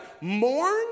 mourn